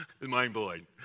Mind-blowing